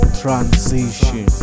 transition